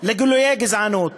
לגילויי גזענות